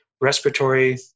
respiratory